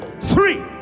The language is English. three